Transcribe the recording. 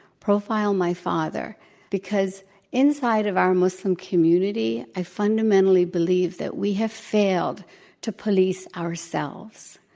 profile my father because inside of our muslim community, i fundamentally believe that we have failed to police ourselves.